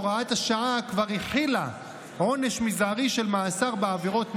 הוראת השעה כבר החילה עונש מזערי של מאסר בעבירות נשק,